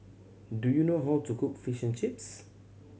do you know how to cook Fish and Chips